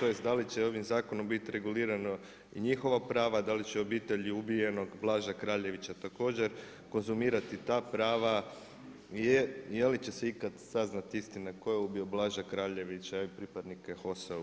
tj. da li će ovim zakonom bit regulirana i njihova prava, da li će obitelj ubijenog Blaža Kraljevića također konzumirati ta prava, je li će se ikad saznati istina tko je ubio Blaža Kraljevića i pripadnike HOS-a u BiH?